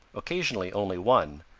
occasionally only one,